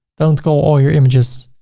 don't call all your images,